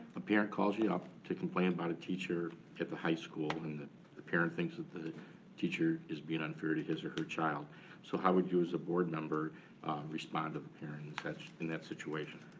a parent calls ya up to complain about a teacher at the high school. and the the parent thinks that the teacher is bein' unfair to his or her child. so how would you as a board member respond to the parent in that situation?